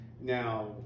now